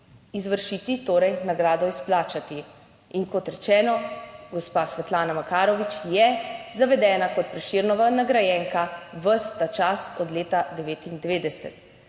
izvršiti, torej, nagrado izplačati. In kot rečeno, gospa Svetlana Makarovič je zavedena kot Prešernova nagrajenka ves ta čas, od leta 1999.